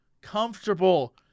comfortable